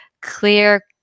clear